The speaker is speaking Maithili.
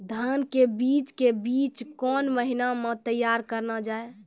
धान के बीज के बीच कौन महीना मैं तैयार करना जाए?